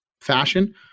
fashion